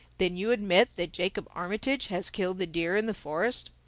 then you admit that jacob armitage has killed the deer in the forest?